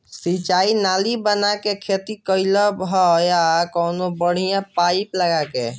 सिंचाई नाली बना के खेती कईल बढ़िया ह या कवनो पाइप लगा के?